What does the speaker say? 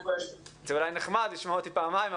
היבטים מאוד חשובים לחיזוק המנטלי גם של הצעירים